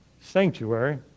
sanctuary